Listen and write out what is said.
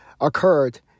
occurred